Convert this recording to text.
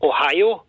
Ohio